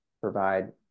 provide